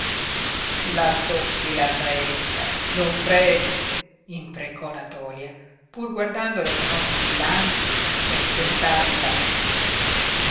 la tocchi la saetta don predu imprecò natòlia pur guardandolo con occhi languidi per tentarne la conquista